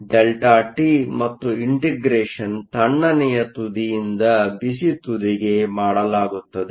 SA SB ΔT ಮತ್ತು integration ತಣ್ಣನೆಯ ತುದಿಯಿಂದ ಬಿಸಿ ತುದಿಗೆ ಮಾಡಲಾಗುತ್ತದೆ